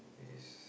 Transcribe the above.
yes